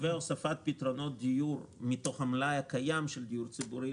והוספת פתרונות דיור מתוך המלאי הקיים של דיור ציבורי,